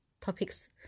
topics